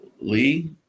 Lee